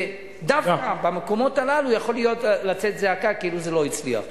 ודווקא במקומות האלה יכולה לצאת זעקה כאילו זה לא הצליח.